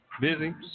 busy